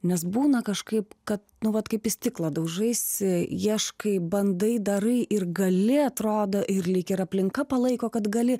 nes būna kažkaip kad nu vat kaip į stiklą daužaisi ieškai bandai darai ir gali atrodo ir lyg ir aplinka palaiko kad gali